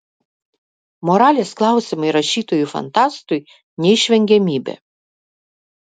moralės klausimai rašytojui fantastui neišvengiamybė